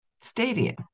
stadium